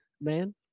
man